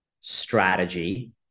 strategy